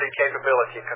capability